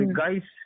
guys